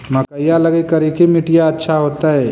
मकईया लगी करिकी मिट्टियां अच्छा होतई